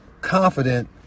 confident